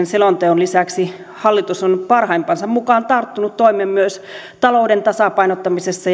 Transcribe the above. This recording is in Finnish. selonteon lisäksi hallitus on parhaimpansa mukaan tarttunut toimeen myös talouden tasapainottamisessa